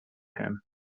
him